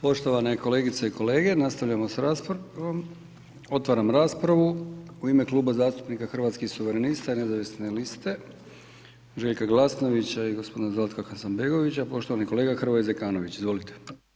Poštovane kolegice i kolege, nastavljamo s raspravom, otvaram raspravu u ime Kluba zastupnika hrvatskih suverenista i nezavisne liste Željka Glasnovića i g. Zlatka Hasanbegovića, poštovani kolega Hrvoje Zekanović, izvolite.